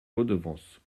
redevances